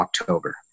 October